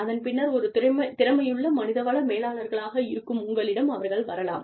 அதன் பின்னர் ஒரு திறமையுள்ள மனித வள மேலாளர்களாக இருக்கும் உங்களிடம் அவர்கள் வரலாம்